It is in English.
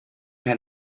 had